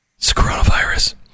coronavirus